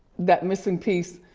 that missing piece.